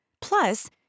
Plus